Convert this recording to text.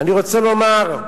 אני רוצה לומר: